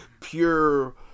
pure